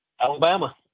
Alabama